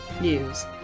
news